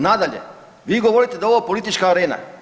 Nadalje, vi govorite da je ovo politička arena.